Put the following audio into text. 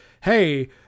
hey